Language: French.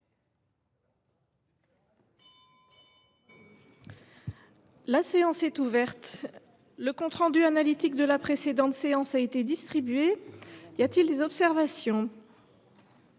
La séance est ouverte. Le compte rendu analytique de la précédente séance a été distribué. Il n’y a pas d’observation ?…